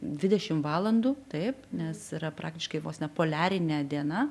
dvidešim valandų taip nes yra praktiškai vos ne poliarinė diena